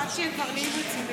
עד שיש דברים רציניים.